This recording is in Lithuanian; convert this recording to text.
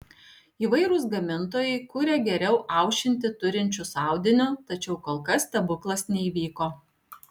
įvairūs gamintojai kuria geriau aušinti turinčius audiniu tačiau kol kas stebuklas neįvyko